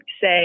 say